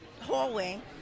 hallway